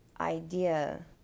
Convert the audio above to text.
idea